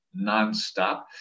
nonstop